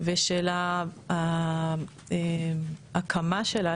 ושל ההקמה שלה,